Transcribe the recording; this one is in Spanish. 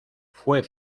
fue